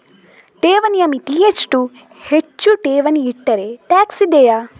ಠೇವಣಿಯ ಮಿತಿ ಎಷ್ಟು, ಹೆಚ್ಚು ಠೇವಣಿ ಇಟ್ಟರೆ ಟ್ಯಾಕ್ಸ್ ಇದೆಯಾ?